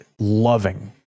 loving